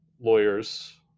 lawyers